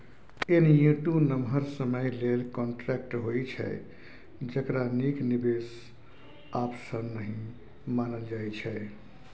annuity नमहर समय लेल कांट्रेक्ट होइ छै जकरा नीक निबेश आप्शन नहि मानल जाइ छै